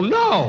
no